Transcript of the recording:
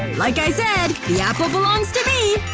like i said, the apple belongs to me!